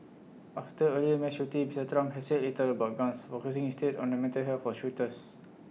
after earlier mass shootings Mister Trump has said little about guns focusing instead on the mental health of shooters